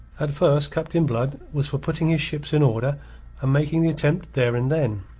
at first captain blood was for putting his ships in order and making the attempt there and then.